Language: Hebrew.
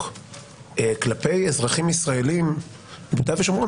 כלפי אזרחים ישראלים ביהודה ושומרון,